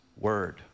Word